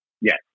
Yes